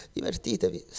Divertitevi